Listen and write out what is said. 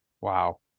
Wow